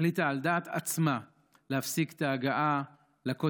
החליטה על דעת עצמה להפסיק את ההגעה לכותל